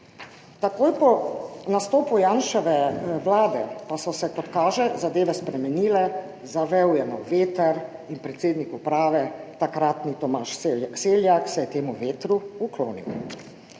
Takoj po nastopu Janševe vlade pa so se, kot kaže, zadeve spremenile, zavel je nov veter in takratni predsednik uprave Tomaž Seljak se je temu vetru uklonil.